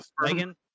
Megan